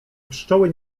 pszczoły